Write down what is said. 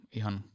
ihan